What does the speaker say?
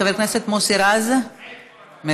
חבר הכנסת מוסי רז, מוותר.